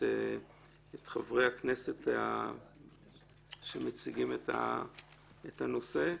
את חברי הכנסת שמציגים את הנושא.